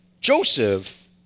Joseph